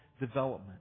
development